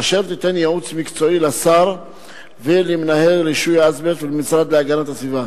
אשר תיתן ייעוץ מקצועי לשר ולמנהל רישוי האזבסט במשרד להגנת הסביבה